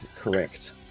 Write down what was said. correct